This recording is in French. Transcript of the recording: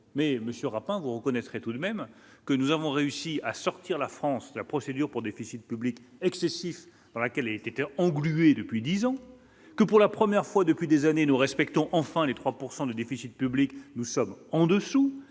monsieur Raffarin, vous reconnaissez tout de même que nous avons réussi à sortir la France la procédure pour déficit public excessif dans laquelle était englué depuis disons que pour la première fois depuis des années, nous respectons enfin les 3 pourcent de déficit public, nous sommes en dessous